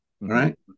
Right